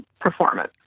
performance